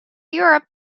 europe